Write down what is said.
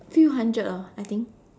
few hundred lor I think